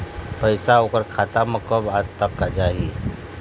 पैसा ओकर खाता म कब तक जाही?